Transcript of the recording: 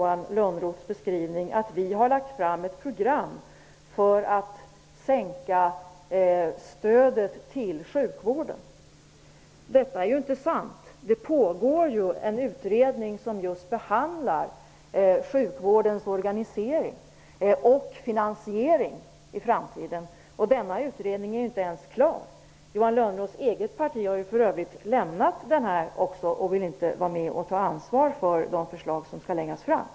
Han säger att regeringen har lagt fram ett program som innebär sänkt stöd till sjukvården. Detta är inte sant. En pågående utredning behandlar just sjukvårdens organisering och finansiering i framtiden. Men denna utredning är ännu inte ännu klar. Johan Lönnroths parti har för övrigt lämnat utredningen och vill inte vara med och ta ansvar för de förslag som skall läggas fram.